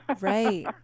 Right